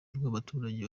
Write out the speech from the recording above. rw’abaturage